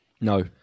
No